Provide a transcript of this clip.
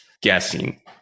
guessing